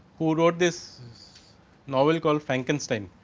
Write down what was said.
who wrote this novel call frankenstein.